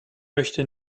möchte